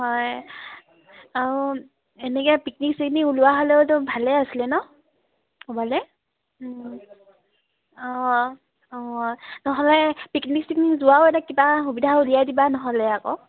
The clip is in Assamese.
হয় আৰু এনেকে পিকনিক চিকনিক ওলোৱা হ'লেওতো ভালেই আছিলে ন ক'ৰবালৈ অঁ অঁ নহ'লে পিকনিক চিকনিক যোৱাও এটা কিবা সুবিধা উলিয়াই দিবা নহ'লে আকৌ